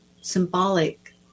symbolic